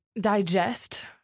digest